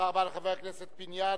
תודה רבה לחבר הכנסת פיניאן.